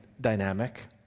dynamic